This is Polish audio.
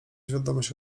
wiadomości